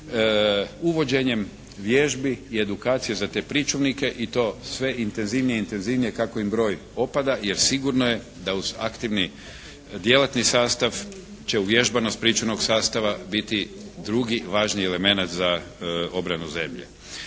uvođenjem vježbi i edukacija za te pričuvnike i to sve intenzivnije i intenzivnije kako im broj opada, jer sigurno je da uz aktivni djelatni sastav će uvježbanost pričuvnog sastava biti drugi važni elemenat za obranu zemlje.